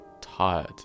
tired